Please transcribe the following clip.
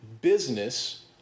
business